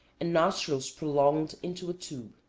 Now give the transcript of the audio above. and nostrils prolonged into a tube.